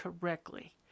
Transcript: correctly